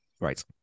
Right